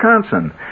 Wisconsin